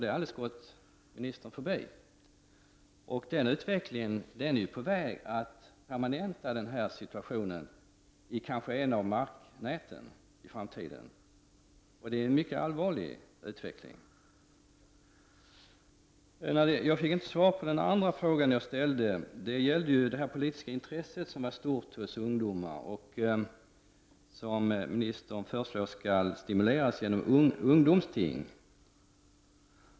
Det har helt gått ministern förbi. Den utvecklingen är på väg att permanenta situationen i kanske ett av marknäten i framtiden, och det är en mycket allvarlig utveckling. Jag fick inte svar på den andra frågan jag ställde. Det gällde det stora politiska intresset hos ungdomar, som ministern föreslår skall stimuleras genom ungdomsting.